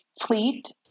fleet